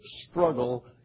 struggle